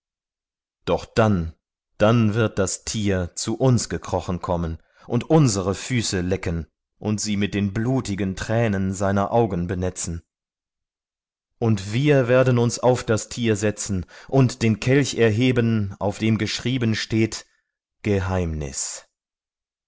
aufhören dann aber wird das tier zu uns gekrochen kommen und uns die füße lecken und mit blutigen tränen netzen und wir werden uns auf das tier setzen und den kelch hochheben und auf diesem wird geschrieben stehen geheimnis